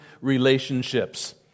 relationships